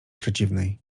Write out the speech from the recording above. przeciwnej